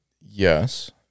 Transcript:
Yes